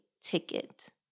Ticket